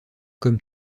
comme